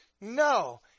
No